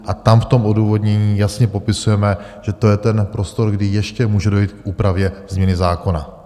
A tam v tom odůvodnění jasně popisujeme, že to je ten prostor, kdy ještě může dojít k úpravě změny zákona.